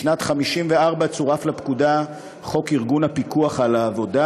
בשנת 1954 צורף לפקודה חוק ארגון הפיקוח על העבודה,